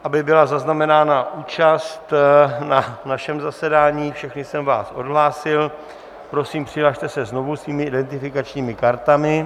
Aby byla zaznamenána účast na našem zasedání, všechny jsem vás odhlásil, prosím, přihlaste se znovu svými identifikačními kartami.